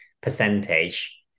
percentage